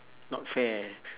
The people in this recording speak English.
not fair